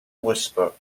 whisper